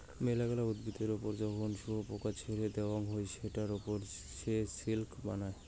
মেলাগিলা উদ্ভিদের ওপর যখন শুয়োপোকাকে ছেড়ে দেওয়াঙ হই সেটার ওপর সে সিল্ক বানায়